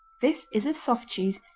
this is a soft cheese,